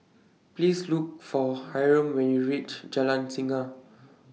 Please Look For Hyrum when YOU REACH Jalan Singa